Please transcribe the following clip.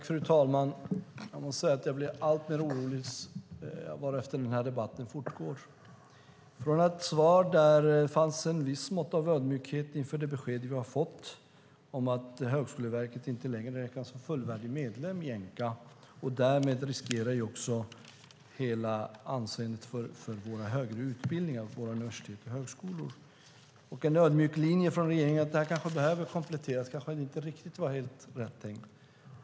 Fru talman! Jag blir allt oroligare ju längre den här debatten fortgår. I svaret fanns det en viss ödmjukhet inför beskedet att Högskoleverket inte längre är fullvärdig medlem i Enqa. Det riskerar anseendet för högre utbildningar på våra universitet och högskolor. I svaret fanns en ödmjuk linje från regeringen att det behöver kompletteras och att det kanske inte var helt rätt tänkt.